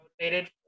motivated